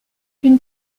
une